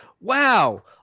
wow